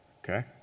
Okay